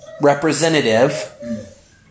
representative